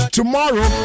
tomorrow